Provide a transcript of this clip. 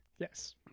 Yes